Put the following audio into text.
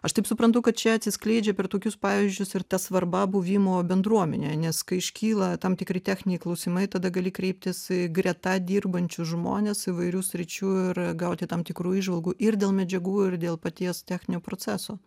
aš taip suprantu kad čia atsiskleidžia per tokius pavyzdžius ir ta svarba buvimo bendruomenėje nes kai iškyla tam tikri techniniai klausimai tada gali kreiptis į greta dirbančius žmones įvairių sričių ir gauti tam tikrų įžvalgų ir dėl medžiagų ir dėl paties techninio proceso